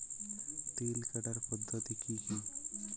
তিল কাটার পদ্ধতি কি কি?